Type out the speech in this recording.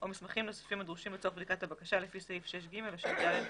או מסמכים נוספים הדרושים לצורך בדיקת הבקשה לפי סעיף 6ג או 6ד לחוק.